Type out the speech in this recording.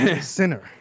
Sinner